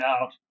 out